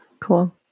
Cool